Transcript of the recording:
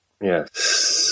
yes